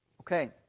Okay